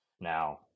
Now